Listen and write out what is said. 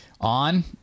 on